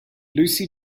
lucy